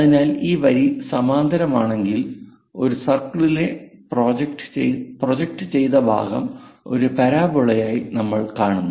അതിനാൽ ഈ വരി സമാന്തരമാണെങ്കിൽ ഒരു സർക്കിളിലെ പ്രൊജക്റ്റ് ചെയ്ത ഭാഗം ഒരു പരാബോളയായി നമ്മൾ കാണുന്നു